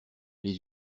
les